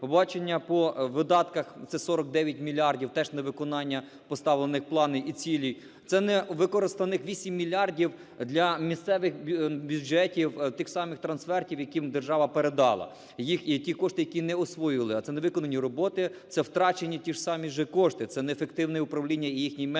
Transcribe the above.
побачили по видатках – це 49 мільярдів, теж невиконання поставлених планів і цілей. Це невикористаних 8 мільярдів для місцевих бюджетів, тих самих трансфертів, які держава передала, їх… які кошти, які не освоювали, а це невиконані роботи, це втрачені ті ж самі же кошти, це неефективне управління і їхній менеджмент.